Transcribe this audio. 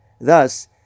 Thus